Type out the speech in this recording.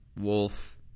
Wolf